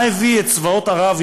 מה הביא את צבאות ערב,